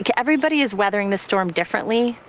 like everybody is weathering the storm differently.